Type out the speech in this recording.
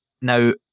Now